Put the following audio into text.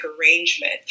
arrangement